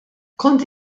kont